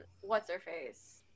What's-Her-Face